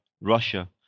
Russia